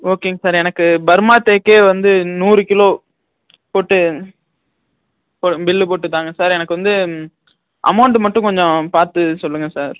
ஓகேங்க சார் எனக்கு பர்மா தேக்கே வந்து நூறு கிலோ போட்டு ப பில்லு போட்டு தாங்க சார் எனக்கு வந்து அமௌண்ட்டு மட்டும் கொஞ்சம் பார்த்து சொல்லுங்கள் சார்